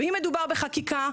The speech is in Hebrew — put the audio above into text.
אם מדובר בחקיקה,